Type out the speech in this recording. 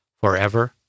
forever